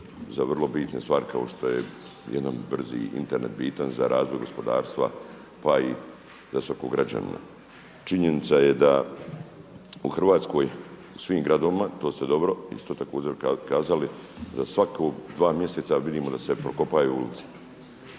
za vrlo bitne stvari kao što je jedan brzi Internet bitan za razvoj gospodarstva, pa i za svakog građanina. Činjenica je da u Hrvatskoj i svim gradovima to ste dobro isto također kazali, za svaka dva mjeseca vidimo da se prokopaju ulice.